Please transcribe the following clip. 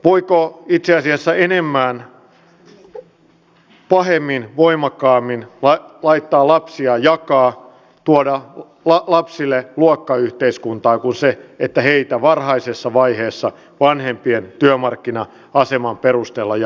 voiko itse asiassa enemmän pahemmin voimakkaammin jakaa tuoda lapsia jotka tuodaan ja lapsille muokkaa yhteiskuntaa luokkayhteiskuntaan kuin että heitä varhaisessa vaiheessa vanhempien työmarkkina aseman perusteella jaetaan